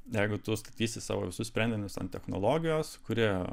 jeigu tu statysi savo visus sprendinius ant technologijos kurie